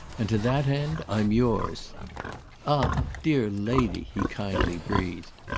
and to that end i'm yours ah, dear lady! he kindly breathed.